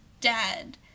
dead